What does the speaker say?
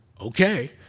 okay